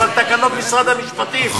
אבל תקנות משרד המשפטים יכולות למשוך.